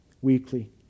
weekly